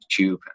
YouTube